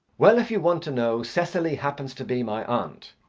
well, if you want to know, cecily happens to be my aunt.